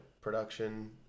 production